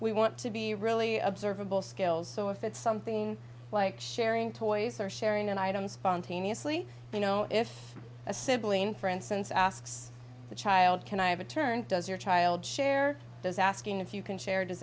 we want to be really observable skills so if it's something like sharing toys or sharing an item spontaneously you know if a sibling for instance asks the child can i have a turn does your child share those asking if you can share does